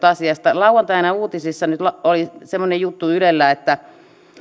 asiasta lauantaina uutisissa oli semmoinen juttu ylellä että